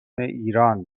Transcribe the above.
ایران